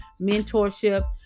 mentorship